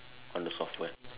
on the software